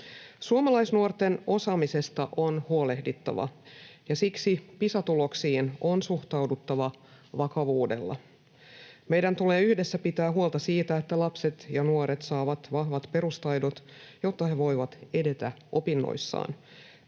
Suomalaisnuorten osaamisesta on huolehdittava, ja siksi Pisa-tuloksiin on suhtauduttava vakavuudella. Meidän tulee yhdessä pitää huolta siitä, että lapset ja nuoret saavat vahvat perustaidot, jotta he voivat edetä opinnoissaan.